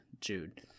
Jude